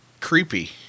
creepy